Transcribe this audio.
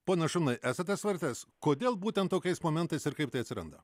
pone šuminai esate svarstęs kodėl būtent tokiais momentais ir kaip tai atsiranda